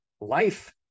life